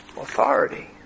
authority